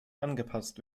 angepasst